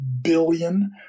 billion